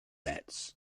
metz